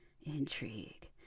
intrigue